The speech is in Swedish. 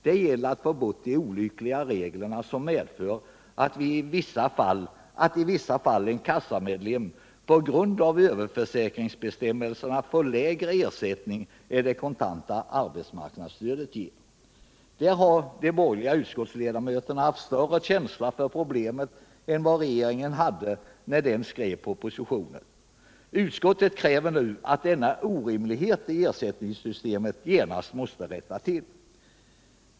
Det gäller att få bort de olyckliga regler som medför att en kassamedlem i vissa fall på grund av överförsäkringsbestämmelserna får lägre ersättning än det kontanta arbetsmarknadsstödet ger. Där har de borgerliga utskottsledamöterna haft större känsla för problemet än vad regeringen hade när den skrev propositionen. Utskottet kräver nu att denna orimlighet i ersättningssystemet genast måste rättas till.